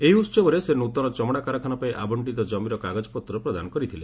ଏହି ଉତ୍ସବରେ ସେ ନୂତନ ଚମଡ଼ା କାରଖାନାପାଇଁ ଆବର୍ଷ୍ଣିତ କମିର କାଗଜପତ୍ର ପ୍ରଦାନ କରିଥିଲେ